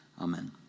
Amen